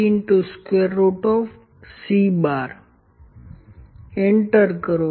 L C 3C enter કરો